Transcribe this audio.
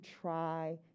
try